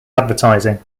advertising